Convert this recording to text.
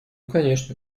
конечно